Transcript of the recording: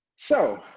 so,